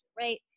right